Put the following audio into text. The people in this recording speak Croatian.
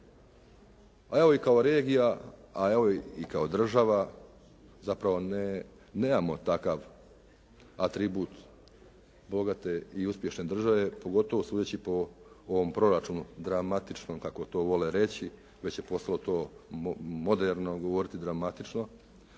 a evo i kao regija, a evo i kao država zapravo nemamo takav atribut bogate i uspješne države pogotovo sudeći po ovom proračunu dramatičnom kako to vole reći već je postalo to moderno govoriti dramatično,